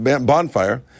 bonfire